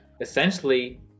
essentially